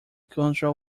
control